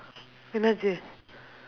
என்ன ஆச்சு:enna aachsu